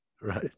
Right